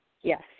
Yes